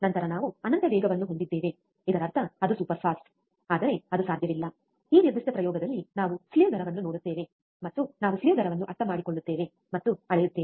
ನಂತರ ನಾವು ಅನಂತ ವೇಗವನ್ನು ಹೊಂದಿದ್ದೇವೆ ಇದರರ್ಥ ಅದು ಸೂಪರ್ಫಾಸ್ಟ್ ಆದರೆ ಅದು ಸಾಧ್ಯವಿಲ್ಲ ಈ ನಿರ್ದಿಷ್ಟ ಪ್ರಯೋಗದಲ್ಲಿ ನಾವು ಸ್ಲೀವ್ ದರವನ್ನು ನೋಡುತ್ತೇವೆ ಮತ್ತು ನಾವು ಸ್ಲೀವ್ ದರವನ್ನು ಅರ್ಥಮಾಡಿಕೊಳ್ಳುತ್ತೇವೆ ಮತ್ತು ಅಳೆಯುತ್ತೇವೆ